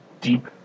deep